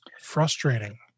frustrating